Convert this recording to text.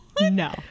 No